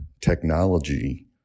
technology